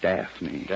Daphne